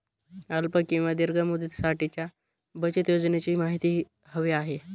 अल्प किंवा दीर्घ मुदतीसाठीच्या बचत योजनेची माहिती हवी आहे